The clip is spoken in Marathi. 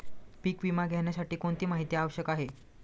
पीक विमा घेण्यासाठी कोणती माहिती आवश्यक आहे?